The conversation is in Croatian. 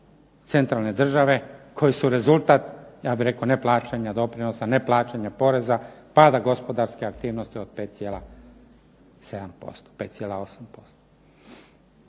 centralne države koji su rezultat ja bih rekao neplaćanja doprinosa, neplaćanja poreza, pada gospodarske aktivnosti od 5,7%,